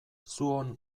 zuon